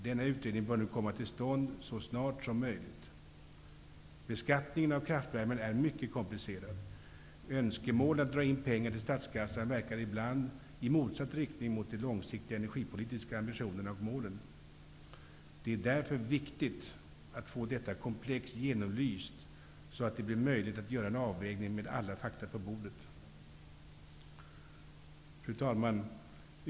Denna utredning bör nu komma till stånd så snart som möjligt. Beskattningen av kraftvärmen är mycket komplicerad. Önskemålen att dra in pengar pengar till statskassan verkar ibland i motsatt riktning mot de de långsiktiga energipolitiska ambitionerna och målen. Det är därför viktigt att få detta komplex genomlyst så att det blir möjligt att göra en avvägning med alla fakta på bordet. Fru talman!